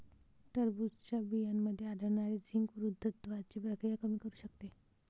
टरबूजच्या बियांमध्ये आढळणारे झिंक वृद्धत्वाची प्रक्रिया कमी करू शकते